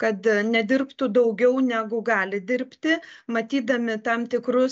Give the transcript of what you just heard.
kad nedirbtų daugiau negu gali dirbti matydami tam tikrus